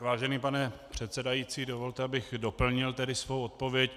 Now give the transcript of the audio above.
Vážený pane předsedající, dovolte, abych doplnil svou odpověď.